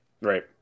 right